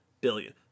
billion